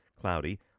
Cloudy